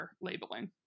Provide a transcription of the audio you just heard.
labeling